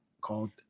called